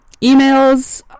emails